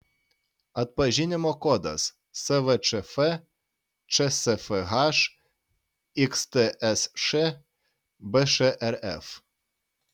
atpažinimo kodas svčf čsfh xtsš bšrf